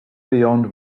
beyond